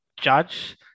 judge